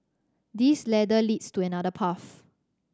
this ladder leads to another path